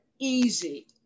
Easy